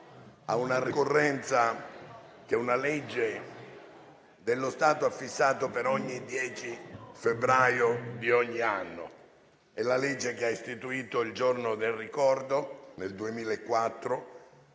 a una ricorrenza che una legge dello Stato ha fissato per il 10 febbraio di ogni anno. È la legge che ha istituito il Giorno del ricordo nel 2004,